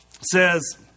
says